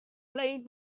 playing